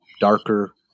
darker